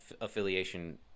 affiliation